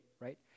right